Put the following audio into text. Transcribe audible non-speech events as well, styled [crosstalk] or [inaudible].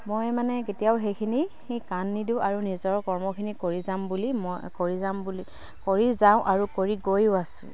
মই মানে কেতিয়াও সেইখিনি [unintelligible] কাণ নিদিওঁ আৰু নিজৰ কৰ্মখিনি কৰি যাম বুলি মই কৰি যাম বুলি কৰি যাওঁ আৰু কৰি গৈয়ো আছোঁ